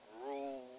rule